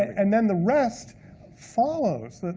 and then the rest follows,